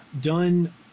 done